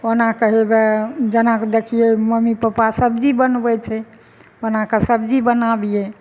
ओनाके हेवए जेना कऽ देखियै मम्मी पप्पा सब्जी बनबै छै ओना कऽ सब्जी बनाबियै